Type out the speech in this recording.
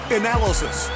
analysis